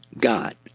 God